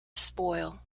spoil